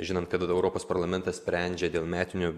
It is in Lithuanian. žinant kad europos parlamentas sprendžia dėl metinio